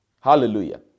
Hallelujah